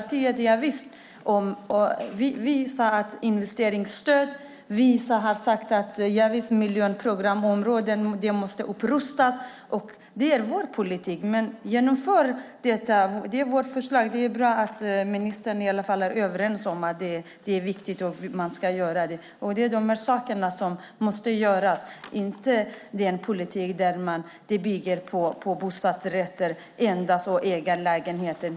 Vi säger ja till investeringsstöd, och miljonprogramsområdena måste upprustas. Det är våra förslag och vår politik. Det är bra att ministern är överens med oss om att bostadsfrågan är viktig, men lösningen är inte en politik som bygger på bostadsrätter och ägarlägenheter.